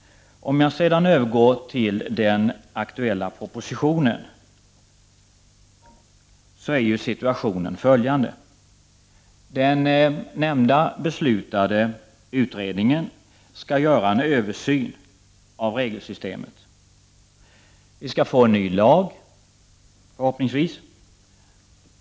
För att sedan övergå till den aktuella propositionen, så är situationen följande. Den nämnda beslutade utredningen skall göra en översyn av regelsystemet. Förhoppningsvis skall vi få en ny lag.